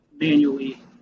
manually